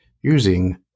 using